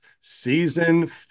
Season